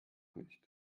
nicht